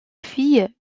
fille